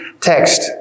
text